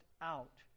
out